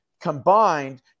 combined